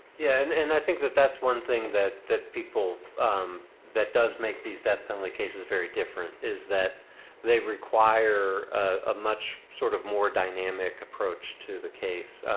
yeah, and and i think that that's one thing that that people that does make these death penalty cases very different is that they require a much sort of more dynamic approach to the case.